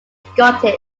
scottish